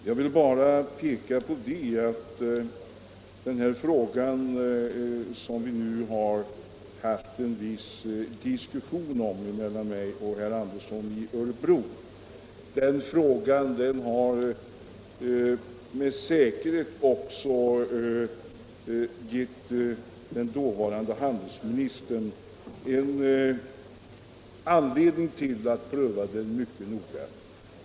Jag vill bara peka på att den här frågan som herr Andersson i Örebro och jag nu har fört en viss diskussion om med säkerhet också har gett den dåvarande handelsministern anledning till mycket noggrann prövning.